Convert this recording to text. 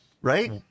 right